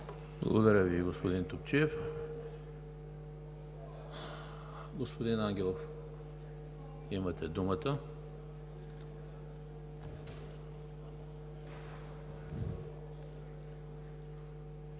Благодаря Ви, господин Топчиев. Господин Ангелов, имате думата.